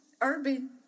urban